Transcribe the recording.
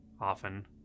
often